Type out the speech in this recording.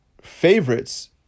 favorites